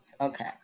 okay